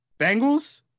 Bengals